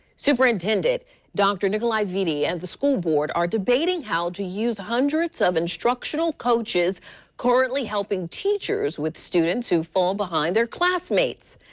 superintendent dr. nikolay and the school board are debating how to use hundreds of instructional coaches currently helping teachers with students who fall behind their classmates.